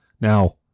Now